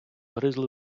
гризли